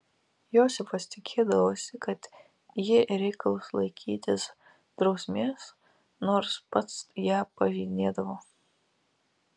josifas tikėdavosi kad ji reikalaus laikytis drausmės nors pats ją pažeidinėdavo